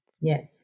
Yes